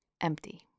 empty